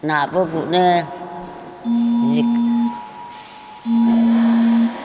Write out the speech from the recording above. नाबो गुरो